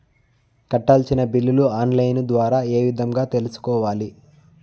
కట్టాల్సిన బిల్లులు online ద్వారా ఏ విధంగా తెలుసుకోవాలి?